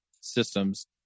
systems